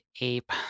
ape